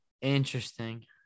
Interesting